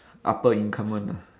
upper income [one] ah